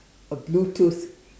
a Bluetooth